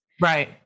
Right